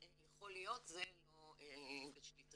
יכול להיות, זה לא בשליטתי.